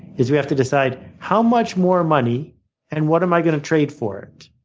is we have to decide how much more money and what am i going to trade for it?